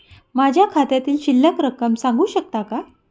माझ्या खात्यातील शिल्लक रक्कम सांगू शकता का?